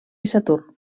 saturn